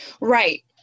Right